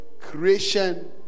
creation